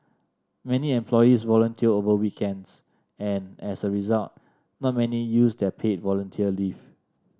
many employees volunteer over weekends and as a result not many use their paid volunteer leave